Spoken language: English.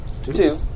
Two